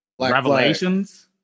Revelations